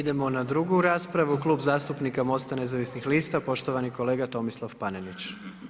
Idemo na drugu raspravu, Kub zastupnika MOST-a nezavisnih lista, poštovani kolega Tomislav Panenić.